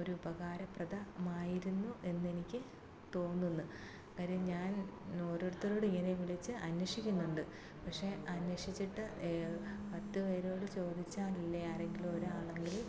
ഒരു ഉപകാരപ്രദമായിരുന്നു എന്ന് എനിക്ക് തോന്നുന്നു കാര്യം ഞാൻ നോരോരുത്തരോട് ഇങ്ങനെ വിളിച്ച് അന്വേക്ഷിക്കുന്നുണ്ട് പക്ഷെ അന്വേക്ഷിച്ചിട്ട് പത്ത് പേരോട് ചോദിച്ചാലല്ലെ ആരെങ്കിലും ഒരാളെങ്കിലും